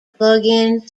plugin